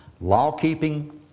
Law-keeping